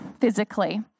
physically